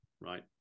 right